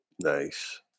Nice